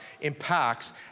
impacts